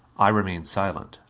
i remained silent.